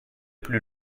plus